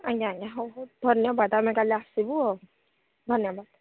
ଆଜ୍ଞା ଆଜ୍ଞା ହେଉ ହେଉ ଧନ୍ୟବାଦ ଆମେ ତାହାଲେ ଆସିବୁ ଆଉ ଧନ୍ୟବାଦ